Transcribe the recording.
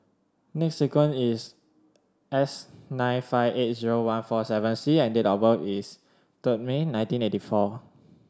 sequence is S nine five eight zero one four seven C and date of birth is third May nineteen eighty four